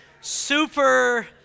super